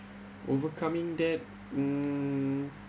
overcoming that mm